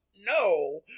no